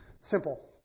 Simple